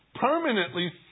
permanently